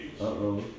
Uh-oh